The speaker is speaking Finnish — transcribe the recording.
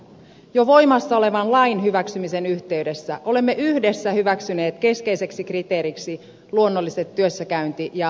jo voimassa olevan lain hyväksymisen yhteydessä olemme yhdessä hyväksyneet keskeiseksi kriteeriksi luonnolliset työssäkäynti ja asioimisalueet